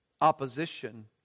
opposition